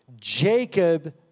Jacob